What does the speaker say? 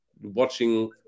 watching